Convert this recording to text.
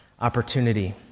opportunity